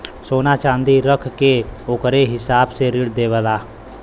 सोना च्नादी रख के ओकरे हिसाब से ऋण देवेला